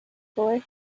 boy